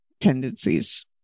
tendencies